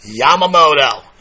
Yamamoto